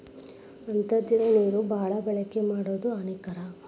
ಅಂತರ್ಜಲ ನೇರ ಬಾಳ ಬಳಕೆ ಮಾಡುದು ಹಾನಿಕಾರಕ